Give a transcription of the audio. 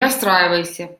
расстраивайся